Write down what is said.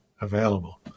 available